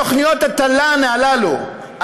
תוכניות התל"ן הללו,